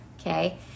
Okay